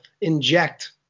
inject